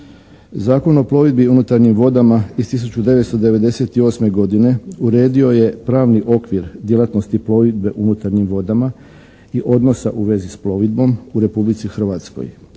Zakon o plovidbi unutarnjim vodama iz 1998. godine uredio je pravni okvir djelatnosti plovidbe unutarnjim vodama i odnosa u vezi s plovidbom u Republici Hrvatskoj.